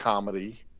comedy